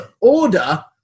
order